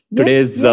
today's